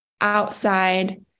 outside